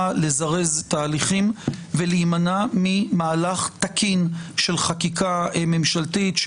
לזרז תהליכים ולהימנע ממהלך תקין של חקיקה ממשלתית,